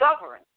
govern